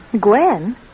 Gwen